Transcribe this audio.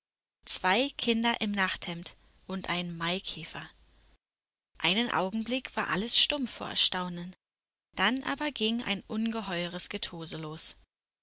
zwei kinder im nachthemd und ein maikäfer einen augenblick war alles stumm vor erstaunen dann aber ging ein ungeheures getöse los